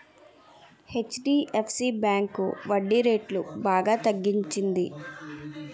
HDFC bank వడ్డీరేట్లు బాగా తగ్గించింది